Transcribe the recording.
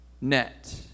net